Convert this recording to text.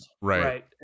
right